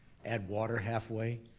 add water halfway,